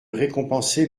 récompenser